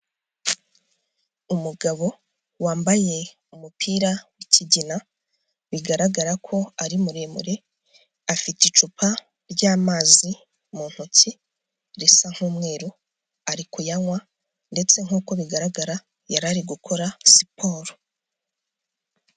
Umugabo wambaye umupira w'ikigina, bigaragara ko ari muremure, afite icupa ry'amazi mu ntoki risa nk'umweru ari kuyanywa ndetse nk'uko bigaragara yari ari gukora siporo.